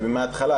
מההתחלה,